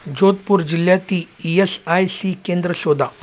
जोधपूर जिल्ह्यातील E S I C केंद्रं शोधा